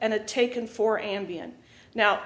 and taken for ambien now